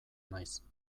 naiz